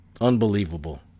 Unbelievable